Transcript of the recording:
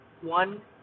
one